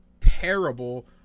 terrible